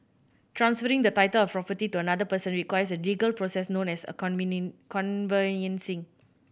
transferring the title of a property to another person requires a legal process known as a conveyancing